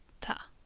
ta